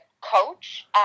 coach